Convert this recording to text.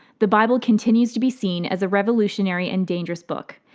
the bible continues to be seen as a revolutionary and dangerous book,